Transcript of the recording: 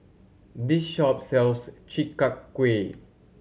this shop sells Chi Kak Kuih